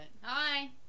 hi